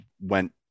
went